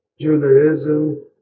Judaism